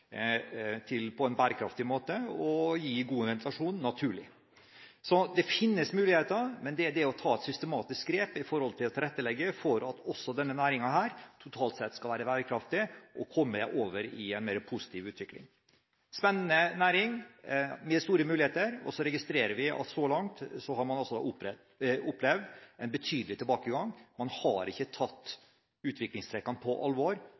til på en bærekraftig måte med god, naturlig ventilasjon. Det finnes muligheter, men det er det å ta et systematisk grep når det gjelder å tilrettelegge, for at også denne næringen totalt sett skal være bærekraftig og komme over i en mer positiv utvikling. Det er en spennende næring med store muligheter. Vi registrerer at man så langt har opplevd en betydelig tilbakegang. Man har ikke tatt utviklingstrekkene på alvor.